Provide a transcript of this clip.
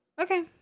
Okay